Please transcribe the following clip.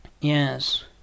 Yes